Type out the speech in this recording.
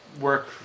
work